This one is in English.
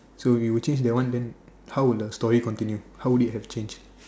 so you would change that one then how would the story continue how would it have changed